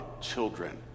children